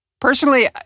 Personally